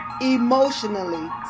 emotionally